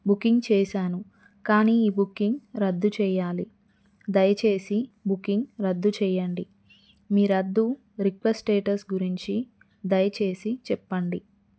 booking చేశాను కానీ ఈ బుక్కింగ్ రద్దు చేయాలి దయచేసి బుక్కింగ్ రద్దు చేయండి మీరు రద్దు రిక్వెస్ట్ స్టేటస్ గురించి దయచేసి చెప్పండి